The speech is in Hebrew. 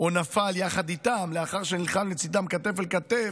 או נפל יחד איתם לאחר שנלחם לצידם כתף אל כתף,